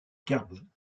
carbone